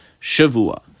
Shavua